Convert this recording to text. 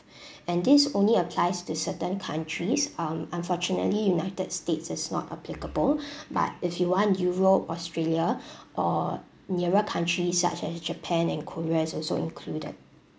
and this only applies to certain countries um unfortunately united states is not applicable but if you want europe australia or nearer countries such as japan and korea is also included